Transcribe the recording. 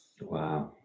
Wow